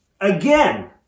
Again